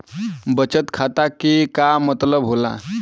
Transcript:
बचत खाता के का मतलब होला?